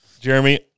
Jeremy